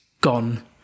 gone